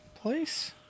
place